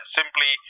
simply